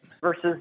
Versus